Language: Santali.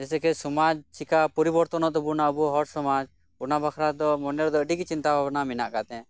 ᱡᱮᱥᱮᱠᱮ ᱠᱤ ᱥᱚᱢᱟᱡ ᱪᱮᱠᱟ ᱯᱚᱨᱤᱵᱚᱨᱛᱚᱱᱚᱜ ᱛᱟᱵᱚᱱᱟ ᱟᱵᱚ ᱦᱚᱲ ᱥᱚᱢᱟᱡ ᱚᱱᱟ ᱵᱟᱠᱷᱟᱨᱟ ᱫᱚ ᱢᱚᱱᱮ ᱨᱮᱫᱚ ᱟᱹᱰᱤ ᱜᱮ ᱪᱤᱱᱛᱟᱹ ᱢᱮᱱᱟᱜ ᱟᱠᱟᱫ ᱛᱤᱧᱟᱹ